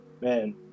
man